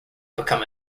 become